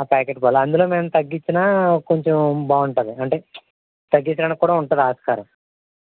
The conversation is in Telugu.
ఆ ప్యాకెట్ పాలు అందులో మేము తగ్గించినా కొంచెం బాగుంటుంది అంటే తగ్గించడానికి కూడా ఉంటుంది ఆస్కారం